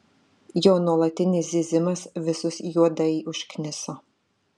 jo nuolatinis zyzimas visus juodai užkniso